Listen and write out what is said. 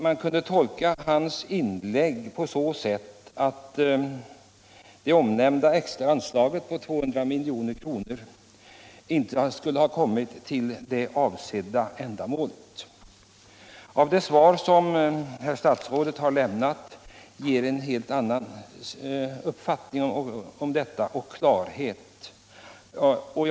Man kunde tolka hans inlägg så att det omnämnda extra anslaget på 200 milj.kr. inte skulle ha kommit det avsedda ändamålet till del. Det svar som herr statsrådet nu har lämnat ger en helt annan uppfattning härvidlag och skapar klarhet.